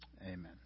Amen